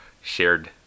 shared